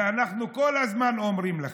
ואנחנו כל הזמן אומרים לכם: